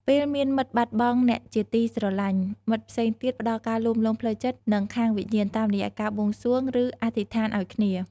ពេលមានមិត្តបាត់បង់អ្នកជាទីស្រឡាញ់ មិត្តផ្សេងទៀតផ្តល់ការលួងលោមផ្លូវចិត្ត និងខាងវិញ្ញាណតាមរយៈការបួងសួង ឬ អធិស្ឋានឱ្យគ្នា។។